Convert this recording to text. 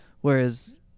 Whereas